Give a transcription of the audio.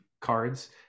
cards